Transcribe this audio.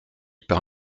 par